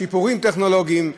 שיפורים טכנולוגיים,